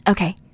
Okay